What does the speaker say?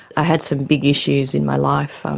i had some big issues in my life. um